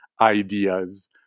ideas